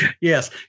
Yes